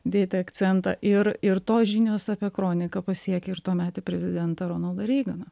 dėti akcentą ir ir tos žinios apie kroniką pasiekia ir tuometį prezidentą ronaldą reiganą